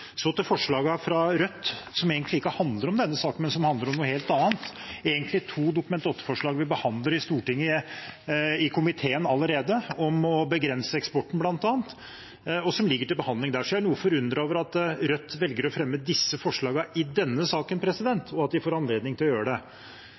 Så til forslagene fra Rødt, som egentlig ikke handler om denne saken, men om noe helt annet: Det er egentlig to Dokument 8-forslag vi behandler i komiteen allerede, bl.a. om å begrense eksporten. De ligger til behandling der, så jeg er noe forundret over at Rødt velger å fremme disse forslagene i denne saken,